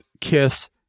Kiss